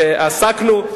עסקנו,